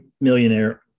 millionaire